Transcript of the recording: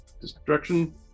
destruction